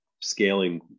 Scaling